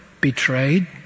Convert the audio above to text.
betrayed